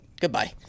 Goodbye